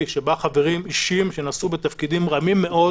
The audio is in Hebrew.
שבה חברים אישים שנשאו בתפקידים רמים מאוד